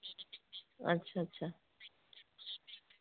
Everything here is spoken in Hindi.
अच्छा अच्छा